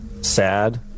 Sad